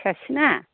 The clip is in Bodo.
फिसासिना